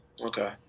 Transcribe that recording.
okay